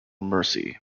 mercy